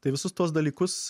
tai visus tuos dalykus